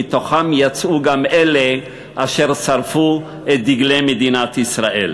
מתוכם יצאו גם אלה אשר שרפו את דגלי מדינת ישראל.